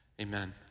amen